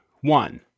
one